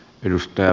puhemies